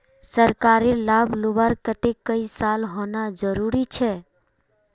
सरकारी लाभ लुबार केते कई साल होना जरूरी छे?